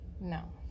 No